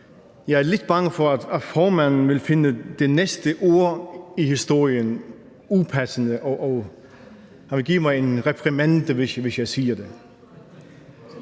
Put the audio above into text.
jeg er lidt bange for, at formanden vil finde et af de næste ord i historien upassende, og at hun vil give mig en reprimande, hvis jeg siger det,